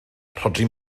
rhodri